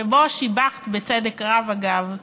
שבו שיבחת, בצדק רב, אגב,